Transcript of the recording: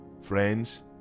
Friends